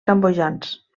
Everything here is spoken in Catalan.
cambodjans